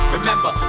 Remember